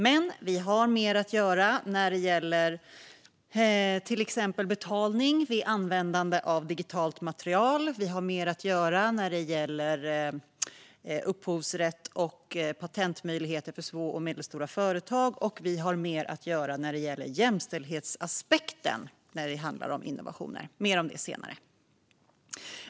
Men vi har mer att göra när det gäller till exempel betalning vid användande av digitalt material, vi har mer att göra när det gäller upphovsrätt och patentmöjligheter för små och medelstora företag och vi har mer att göra när det gäller jämställdhetsaspekten - mer om det senare.